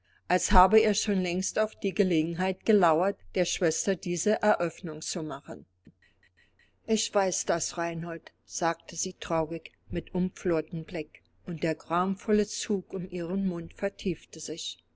als habe er schon längst auf die gelegenheit gelauert der schwester diese eröffnung zu machen ich weiß das reinhold sagte sie traurig mit umflortem blick und der gramvolle zug um ihren mund vertiefte sich